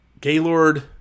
Gaylord